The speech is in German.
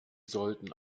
sollten